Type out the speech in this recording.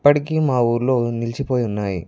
ఇప్పటికీ మాఊరిలో నిలిచిపోయి ఉన్నాయి